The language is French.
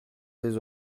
des